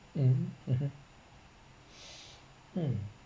mm mmhmm mm